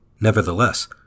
Nevertheless